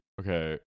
Okay